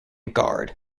guard